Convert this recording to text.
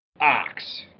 ox